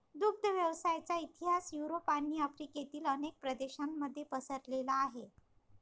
दुग्ध व्यवसायाचा इतिहास युरोप आणि आफ्रिकेतील अनेक प्रदेशांमध्ये पसरलेला आहे